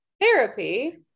therapy